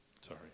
Sorry